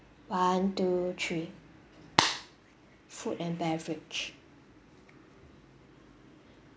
one two three food and beverage